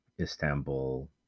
Istanbul